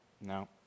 no